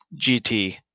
GT